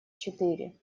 четыре